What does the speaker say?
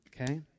okay